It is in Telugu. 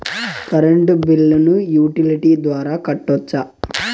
కరెంటు బిల్లును యుటిలిటీ ద్వారా కట్టొచ్చా?